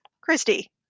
Christy